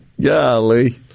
golly